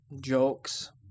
jokes